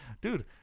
dude